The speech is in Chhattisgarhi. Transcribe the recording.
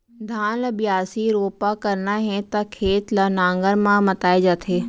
धान ल बियासी, रोपा करना हे त खेत ल नांगर म मताए जाथे